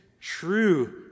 true